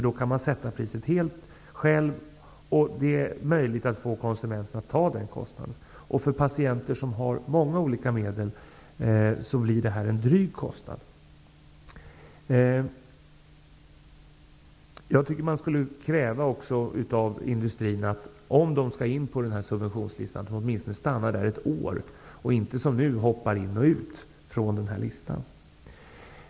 Då kan man sätta priset helt själv. Dessutom är det möjligt att få konsumenten att acceptera den kostnaden. För patienter som har många olika medel blir det en dryg kostnad. Jag tycker att man skulle kräva av industrin att den, om den skall med på den här subventionslistan, åtminstone stannar kvar ett år. Det får inte vara som nu, dvs. att man hoppar in och ut när det gäller den här listan.